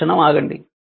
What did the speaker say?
ఒక్క క్షణం ఆగండి